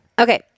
Okay